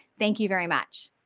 thank you very much.